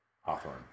Hawthorne